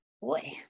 boy